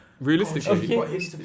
Realistically